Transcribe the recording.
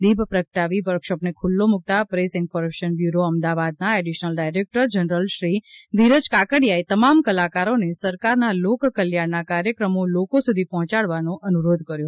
દિપ પ્રગટાવી વર્કશોપને ખુલ્લો મુક્તાં પ્રેસ ઇન્ફરમેશન બ્યુરો અમદાવાદના additional director general Shri Dhiraj કાકડીયાએ તમામ કલાકારોને સરકારના લોકકલ્યાણના કાર્યક્રમો લોકો સુદી પહોંચાડવા અનુરોધ કર્યો